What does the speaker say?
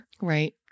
Right